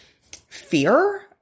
fear